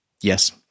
yes